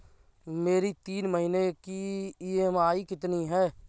मेरी तीन महीने की ईएमआई कितनी है?